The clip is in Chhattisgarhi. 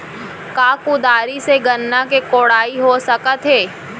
का कुदारी से गन्ना के कोड़ाई हो सकत हे?